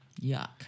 Yuck